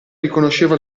riconosceva